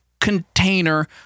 container